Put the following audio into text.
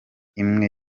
imwe